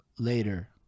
later